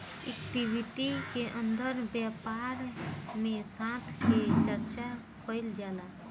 equity के अंदर व्यापार में साथ के चर्चा कईल जाला